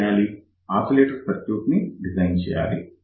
oscillator circuit design చేయాలి